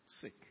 sick